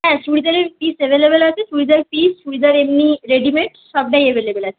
হ্যাঁ চুড়িদারের piece available আছে চুড়িদারের পিস চুড়িদার এমনি রেডিমেড সবটাই অ্যাভেলেবল আছে